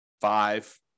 five